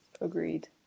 agreed